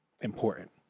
Important